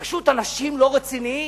פשוט אנשים לא רציניים.